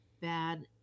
bad